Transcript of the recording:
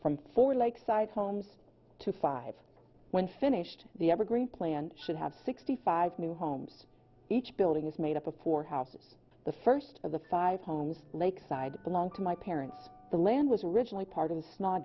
from four lakeside homes to five when finished the evergreen planned should have sixty five new homes each building is made up of four houses the first of the five homes lakeside belonged to my parents the land was originally part